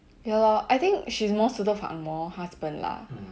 ya lor I think she's more suited for angmoh husband lah